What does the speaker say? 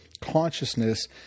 consciousness